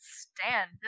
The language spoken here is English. stand